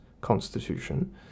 constitution